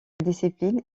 discipline